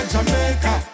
Jamaica